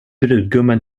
brudgummen